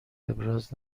ابراز